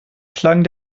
klang